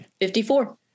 54